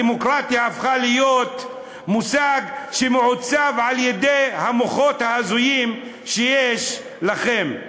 הדמוקרטיה הפכה להיות מושג שמעוצב על-ידי המוחות ההזויים שיש לכם.